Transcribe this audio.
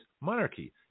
monarchy